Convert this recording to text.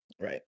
Right